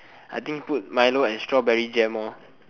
I think put milo and strawberry jam